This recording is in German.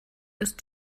ist